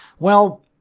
well,